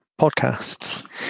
podcasts